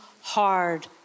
hard